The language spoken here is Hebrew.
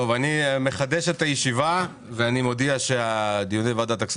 אני עשיתי קצת עבודה ובדקתי ואני מבקש לקיים דיון בנושא